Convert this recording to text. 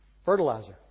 fertilizer